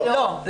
לא.